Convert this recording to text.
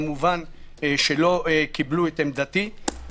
כמובן לא קיבלו את עמדתי.